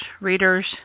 Readers